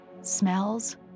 smells